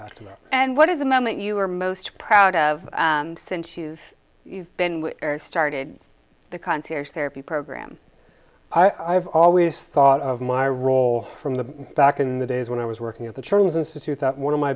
that and what is the moment you are most proud of since you've been started the context therapy program i have always thought of my role from the back in the days when i was working at the churns institute that one of my